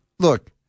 Look